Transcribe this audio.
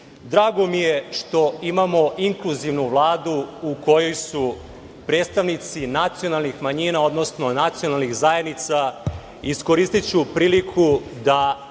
mi je što imamo inkluzivnu Vladu, u kojoj su predstavnici nacionalnih manjina, odnosno nacionalnih zajednica. Iskoristiću priliku da